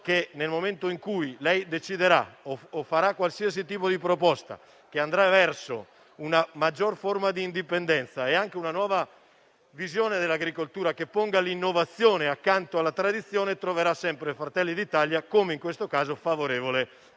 che nel momento in cui lei deciderà o farà qualsiasi tipo di proposta, che andrà verso una maggior forma di indipendenza e anche una nuova visione dell'agricoltura che ponga l'innovazione accanto alla tradizione, troverà sempre il Gruppo Fratelli d'Italia - come in questo caso - favorevole.